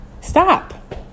stop